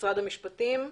משרד המשפטים.